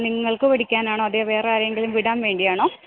നിങ്ങൾക്ക് പഠിക്കാനാണോ അതോ വേറെ ആരെങ്കിലും വിടാൻ വേണ്ടിയാണോ